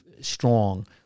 strong